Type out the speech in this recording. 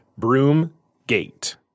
Broomgate